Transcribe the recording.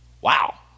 Wow